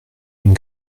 une